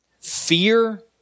fear